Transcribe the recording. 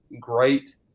great